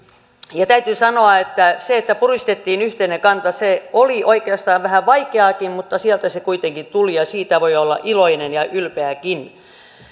ja täytyy sanoa että se että puristettiin yhteinen kanta oli oikeastaan vähän vaikeaakin mutta sieltä se kuitenkin tuli ja siitä voi olla iloinen ja ylpeäkin